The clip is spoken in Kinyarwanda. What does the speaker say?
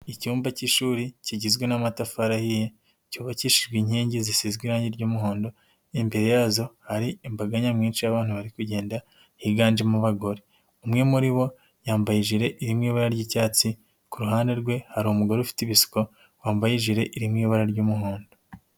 Icyumba k'ishuri kigizwe n'amatafari ahiye cyubakishijwe inkingi zisizwe irangi ry'umuhondo, imbere yazo hari imbaga nyamwinshi y'abantu bari kugenda higanjemo bagore, umwe muri bo yambaye ijire iri mu ibara ry'icyatsi, ku ruhande rwe hari umugore ufite ibisuko wambaye ijire iri mu ibara ry'umuhondo.